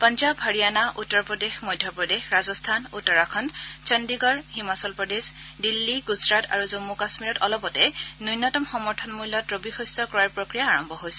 পঞ্জাৱ হাৰিয়ানা উত্তৰ প্ৰদেশ মধ্যপ্ৰদেশ ৰাজস্থান উত্তৰাখণ্ড চণ্ডীগড় হিমাচল প্ৰদেশ দিল্লী গুজৰাট আৰু জম্ম কাশ্মীৰত অলপতে ন্যনতম সমৰ্থন মল্যত ৰবি শস্য ক্ৰয়ৰ প্ৰক্ৰিয়া আৰম্ভ হৈছে